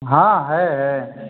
हाँ है है है